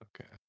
Okay